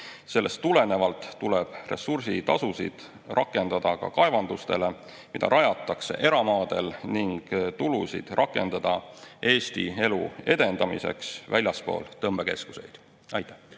Sellest tulenevalt tuleb ressursitasusid rakendada ka kaevandustele, mis rajatakse eramaadele, ning tulusid kasutada Eesti elu edendamiseks väljaspool tõmbekeskuseid. Aitäh!